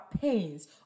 pains